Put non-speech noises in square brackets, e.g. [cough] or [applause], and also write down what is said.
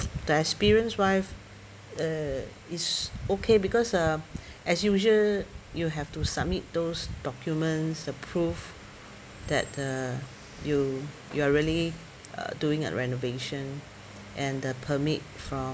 the experience wise err is okay because uh [breath] as usual you have to submit those documents the proof that uh you you are really uh doing a renovation and the permit from